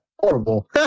horrible